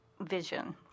vision